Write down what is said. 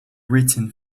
written